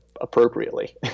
appropriately